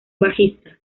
bajista